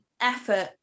effort